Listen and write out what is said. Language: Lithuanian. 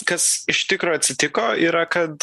kas iš tikro atsitiko yra kad